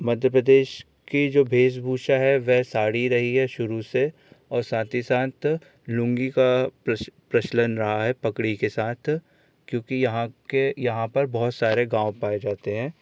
मध्य प्रदेश की जो वेषभूषा है वह साड़ी रही है शुरू से और साथ ही साथ लूँगी का प्रचलन रहा है पगड़ी के साथ क्योंकि यहाँ के यहाँ पर बहुत सारे गाँव पाए जाते हैं